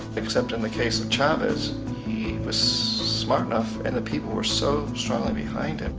except in the case of chavez, he was smart enough and the people were so strongly behind him,